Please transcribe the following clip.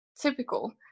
typical